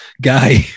guy